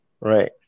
Right